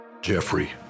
Jeffrey